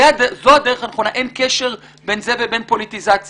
זו הדרך הנכונה, אין קשר בין זה לבין פוליטיזציה.